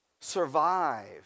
survive